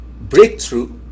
breakthrough